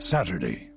Saturday